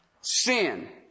Sin